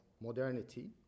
modernity